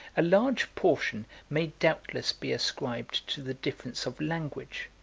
a large portion may doubtless be ascribed to the difference of language,